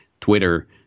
Twitter